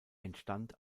entstand